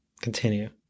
continue